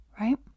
Right